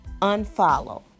unfollow